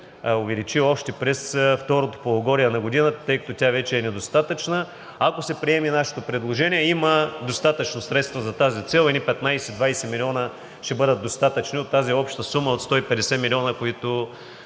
увеличи още през второто полугодие на годината, тъй като тя вече е недостатъчна. Ако се приеме нашето предложение, има достатъчно средства за тази цел – едни 15 – 20 милиона ще бъдат достатъчни от тази обща сума от 150 милиона, които